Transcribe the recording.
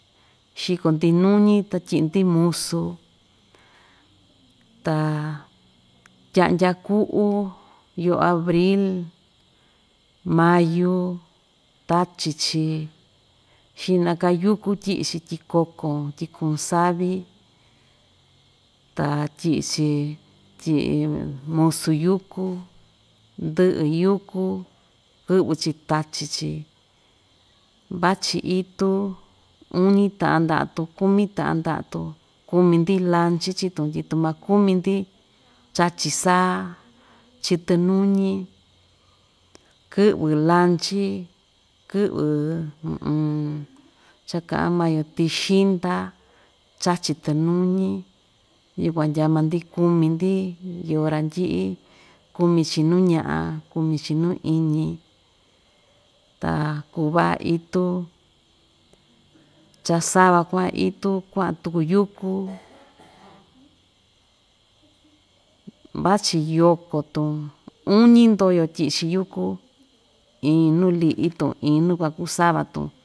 Xiko‑ndi nuñi ta tyiꞌi‑ndi musu, ta tyaꞌadya kuꞌu yoo abril mayu tachi‑chi xiꞌna‑ka yuku tyiꞌi‑chi tyi kokon tyi kuun savi ta tyiꞌi‑chi tyiꞌi musu yuku ndɨꞌɨ yuku kɨvɨ‑chi tachi‑chi vachi itu uñi taꞌan ndaꞌa‑tun kumi taꞌan ndaꞌa‑tun kumi‑ndi lanchi chii‑tun tyi tu maa‑kumi‑ndi chachi saa chɨtɨ nuñi kɨꞌvɨ lanchi kɨꞌvɨ cha‑kaꞌan maa‑yo tɨxɨnda chachi‑tɨ nuñi yukuan ndyaa maa‑ndi kumi‑ndi iyo randɨꞌɨ kumi‑chi nuu ñaꞌa kumi‑chi nuu iñi ta kuu vaꞌa itu cha sava kuaꞌa itu kuaꞌan tuku yuku vachi yoko‑tun uñi ndoyo tyiꞌi‑chi yuku iin nuu liꞌi‑tun iin nuu, kuakuu sava‑tun.